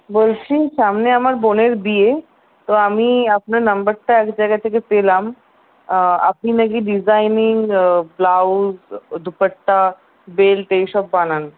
বলছি সামনে আমার বোনের বিয়ে তো আমি আপনার নম্বরটা এক জায়গা থেকে পেলাম আপনি না কি ডিজাইনিং ব্লাউজ দুপাট্টা বেল্ট এইসব বানান